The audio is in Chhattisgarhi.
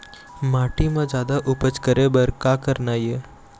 माटी म जादा उपज करे बर का करना ये?